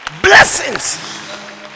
Blessings